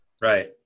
Right